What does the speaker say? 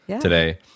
today